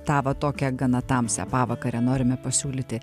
tą va tokią gana tamsią pavakarę norime pasiūlyti